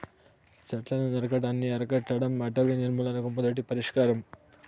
చెట్లను నరకటాన్ని అరికట్టడం అటవీ నిర్మూలనకు మొదటి పరిష్కారం